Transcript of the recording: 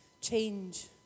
change